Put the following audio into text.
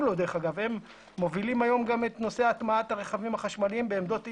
לו הם מובילים היום גם את נושא הטמעת הרכבים החשמליים בעמדות טעינה.